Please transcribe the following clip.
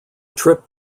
trip